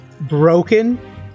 broken